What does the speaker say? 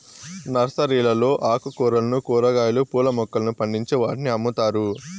నర్సరీలలో ఆకుకూరలను, కూరగాయలు, పూల మొక్కలను పండించి వాటిని అమ్ముతారు